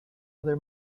other